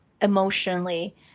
emotionally